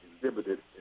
exhibited